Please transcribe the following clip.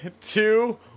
two